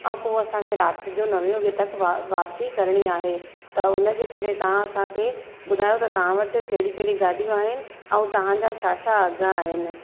ऐं पोइ असांखे राति जो नवे वॻे तक वा वापसी करिणी आहे त उन जे करे तव्हां असांखे ॿुधायो त तव्हां वटि कहिड़ी कहिड़ी ॻाॾियूं आहिनि ऐं तव्हांजा छा छा अघु आहिनि